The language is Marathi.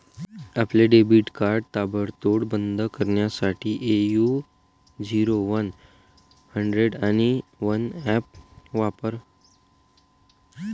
आपले डेबिट कार्ड ताबडतोब बंद करण्यासाठी ए.यू झिरो वन हंड्रेड आणि वन ऍप वापरा